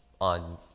on